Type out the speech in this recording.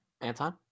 anton